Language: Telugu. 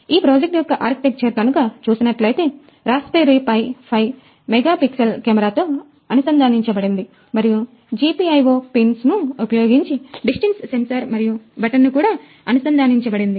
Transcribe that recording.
ఈ ప్రాజెక్టు యొక్క ఆర్కిటెక్చర్ కనుక చూసినట్లయితే Raspberry Pi 5 మెగాపిక్సల్ కెమెరాతో అనుసంధానించబడింది మరియు G P I O pins ను ఉపయోగించి డిస్టెన్స్ సెన్సార్ మరియు బటన్ ను కూడా అనుసంధానించబడింది